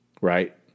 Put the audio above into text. right